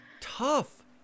tough